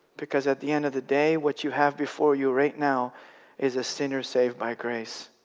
because at the end of the day what you have before you right now is a sinner saved by grace.